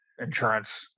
insurance